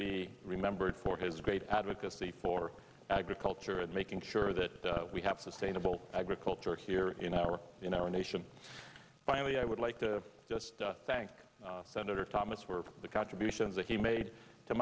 be remembered for his great advocacy for agriculture and making sure that we have sustainable agriculture here in our in our nation finally i would like to thank senator thomas were the contributions that he made to